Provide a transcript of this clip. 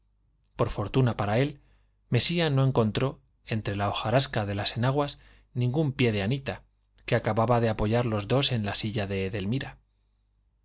por fortuna para él mesía no encontró entre la hojarasca de las enaguas ningún pie de anita que acababa de apoyar los dos en la silla de edelmira el